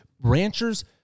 ranchers